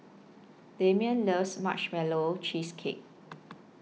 Damien loves Marshmallow Cheesecake